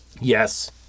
yes